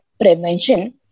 prevention